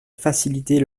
faciliter